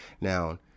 Now